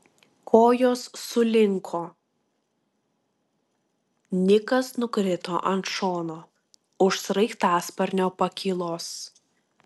kojos sulinko nikas nukrito ant šono už sraigtasparnio pakylos